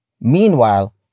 Meanwhile